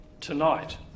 tonight